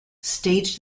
staged